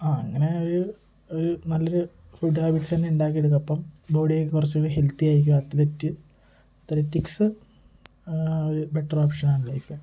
ആ അങ്ങനെ ഒരു ഒരു നല്ലൊരു ഫുഡ് ഹാബിറ്റ്സ് തന്നെ ഇണ്ടാക്കിയെടുക്കാം ഒപ്പം ബോഡിയൊക്കെ കുറച്ച് ഹെൽത്തി ആയിരിക്കും അത്ലറ്റ് അത്ലറ്റിക്സ് ഒരു ബെറ്റർ ഓപ്ഷൻ ആണ് ലൈഫില്